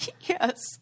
yes